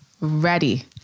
ready